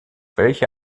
welche